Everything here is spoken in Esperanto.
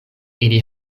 ili